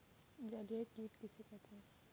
जलीय कीट किसे कहते हैं?